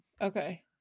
okay